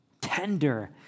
tender